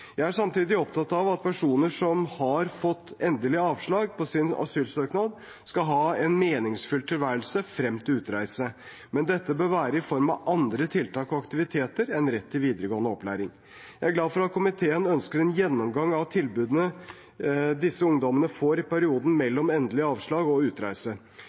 Jeg er samtidig opptatt av at personer som har fått endelig avslag på sin asylsøknad, skal ha en meningsfylt tilværelse frem til utreise. Men dette bør være i form av andre tiltak og aktiviteter enn rett til videregående opplæring. Jeg er glad for at komiteen ønsker en gjennomgang av tilbudene disse ungdommene får i perioden mellom endelig avslag og utreise.